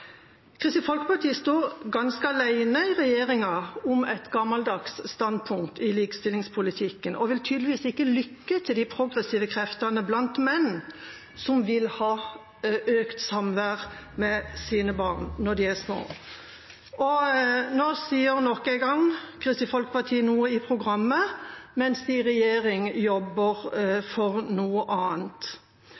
Kristelig Folkeparti står ganske alene i regjeringa om et gammeldags standpunkt i likestillingspolitikken og vil tydeligvis ikke lytte til de progressive kreftene blant menn som vil ha økt samvær med sine barn når de er små. Og nå sier nok en gang Kristelig Folkeparti noe i programmet, mens de i regjering jobber